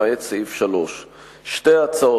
למעט סעיף 3. שתי ההצעות,